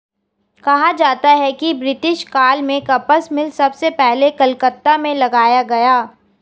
कहा जाता है कि ब्रिटिश काल में कपास मिल सबसे पहले कलकत्ता में लगाया गया